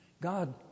God